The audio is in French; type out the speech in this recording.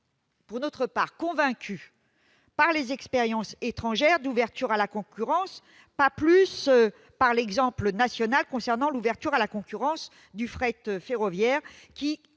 Nous ne sommes pas convaincus par les expériences étrangères d'ouverture à la concurrence, pas plus que par l'exemple national d'ouverture à la concurrence du fret ferroviaire, qui